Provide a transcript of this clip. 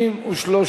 נתקבלה.